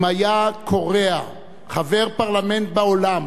אם היה קורע חבר פרלמנט בעולם,